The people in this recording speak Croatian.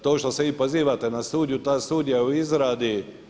To što se vi pozivate na studiju, ta studija je u izradi.